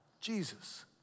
Jesus